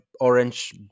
orange